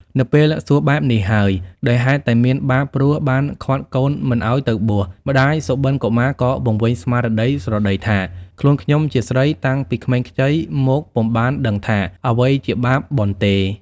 នៅពេលសួរបែបនេះហើយ ដោយហេតុតែមានបាបព្រោះបានឃាត់កូនមិនឲ្យទៅបួស ម្តាយសុបិនកុមារ ក៏វង្វេងស្មារតី ស្រដីថា ខ្លួនខ្ញុំជាស្រី តាំងពីក្មេងខ្ចីមកពុំបានដឹងថា អ្វីជាបាប បុណ្យទេ។